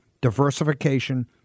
Diversification